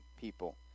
people